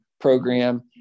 program